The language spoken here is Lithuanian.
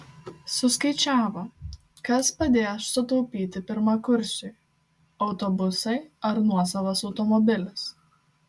suskaičiavo kas padės sutaupyti pirmakursiui autobusai ar nuosavas automobilis